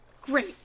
Great